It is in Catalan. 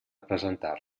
presentar